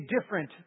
different